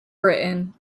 britain